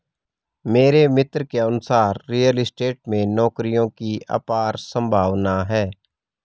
मेरे मित्र के अनुसार रियल स्टेट में नौकरियों की अपार संभावना है